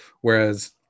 Whereas